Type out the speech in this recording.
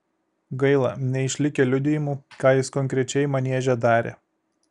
gaila neišlikę liudijimų ką jis konkrečiai manieže darė